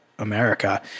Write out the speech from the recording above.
America